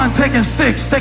um taking six,